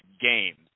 games